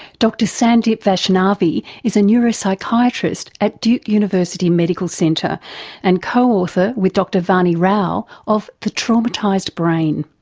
dr sandeep vaishnavi is a neuropsychiatrist at duke university medical centre and co-author with dr vani rao of the traumatised brain.